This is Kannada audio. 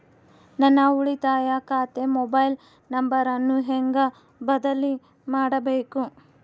ನನ್ನ ಉಳಿತಾಯ ಖಾತೆ ಮೊಬೈಲ್ ನಂಬರನ್ನು ಹೆಂಗ ಬದಲಿ ಮಾಡಬೇಕು?